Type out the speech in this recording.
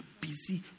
busy